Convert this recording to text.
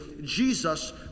Jesus